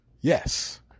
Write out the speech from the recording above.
yes